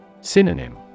Synonym